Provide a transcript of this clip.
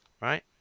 right